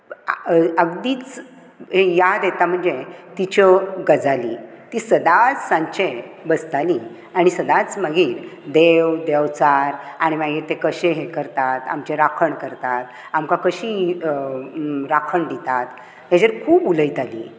अगदीच याद येता म्हणजे तिच्यो गजाली ती सदांच सांजचें बसताली आनी सदांच मागीर देव देंवचार आनी मागीर ते कशे हें करतात आमची राखण करतात आमकां कशी राखण दितात हाचेर खूब उलयताली